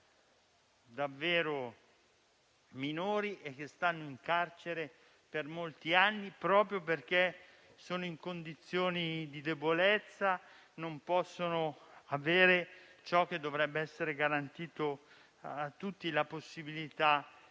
davvero minori e che rimangono lì per molti anni proprio perché sono in condizioni di debolezza, non potendo avere ciò che dovrebbe essere garantito a tutti, ossia